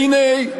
והנה,